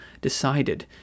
decided